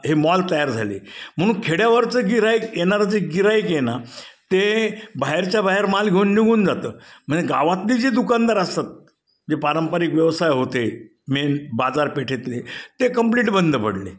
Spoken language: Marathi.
हे मॉल तयार झाले म्हणून खेड्यावरचं गिऱ्हाईक येणार जे गिऱ्हाईक येणं ते बाहेरच्या बाहेर माल घेऊन निघून जातं म्हणजे गावातले जे दुकानदार असतात जे पारंपरिक व्यवसाय होते मेन बाजार पेठेतले ते कंप्लीट बंद पडले